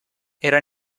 era